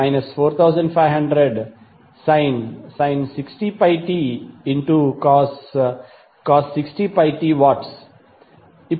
మనము pvi 4500sin 60πt cos 60πt W